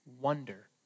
wonder